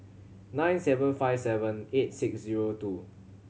nine seven five seven eight six zero two